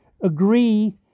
agree